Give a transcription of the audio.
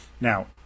Now